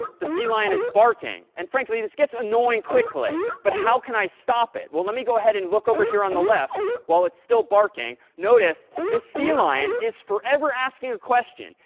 the sea lion is barking. and frankly, this gets annoying quickly. but how can i stop it? well, let me go ahead and look over here on the left while it's still barking. notice the sea lion is forever asking a question.